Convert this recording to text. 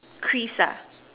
Chris ah